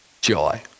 joy